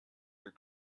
your